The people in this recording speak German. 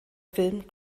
film